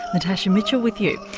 natasha mitchell with you.